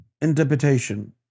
interpretation